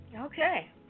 Okay